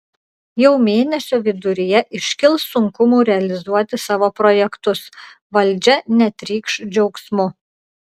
jau mėnesio viduryje iškils sunkumų realizuoti savo projektus valdžia netrykš džiaugsmu